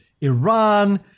Iran